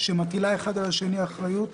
שמטילה אחד על השני אחריות.